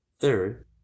Third